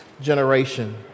generation